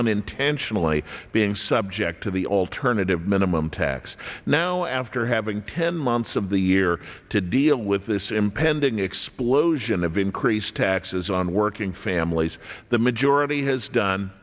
unintentionally being subject to the alternative minimum tax now after having ten months of the year to deal with this impending explosion of increased taxes on working families the majority has done